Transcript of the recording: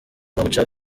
bawuca